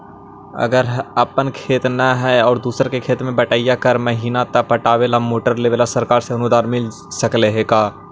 अगर अपन खेत न है और दुसर के खेत बटइया कर महिना त पटावे ल मोटर लेबे ल सरकार से अनुदान मिल सकले हे का?